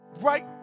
right